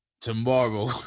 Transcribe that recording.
tomorrow